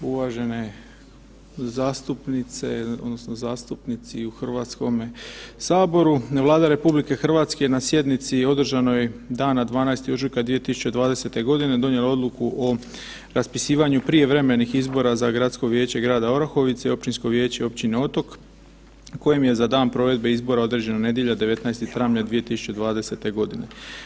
Uvažene zastupnice odnosno zastupnici u Hrvatskom saboru, Vlada RH je na sjednici održanoj dana 12. ožujka 2020. godine donijela odluku o raspisivanju prijevremenih izbora za Gradsko vijeće grada Orahovice i Općinsko vijeće općine Otok kojim je za dan provođenja izbora određena nedjelja 19. travnja 2020. godine.